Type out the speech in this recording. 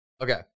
Okay